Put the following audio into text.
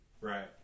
Right